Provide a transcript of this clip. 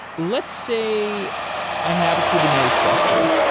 let's say i have a kubernetes cluster.